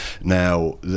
Now